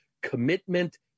commitment